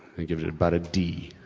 i give it it about a d,